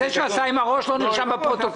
זה שהוא עשה עם הראש לא נרשם בפרוטוקול.